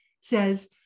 says